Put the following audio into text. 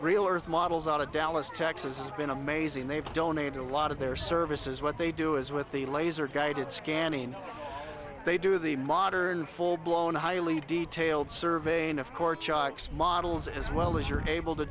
earth models out of dallas texas has been amazing they've donated a lot of their services what they do is with the laser guided scanning they do the modern full blown highly detailed survey and of course shocks models as well as you're able to